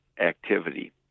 activity